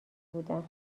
بودم